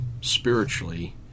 spiritually